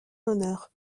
honneur